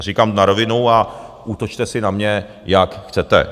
Říkám to na rovinu a útočte si na mě, jak chcete.